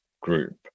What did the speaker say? group